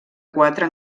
quatre